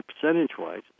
percentage-wise